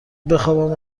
بخابم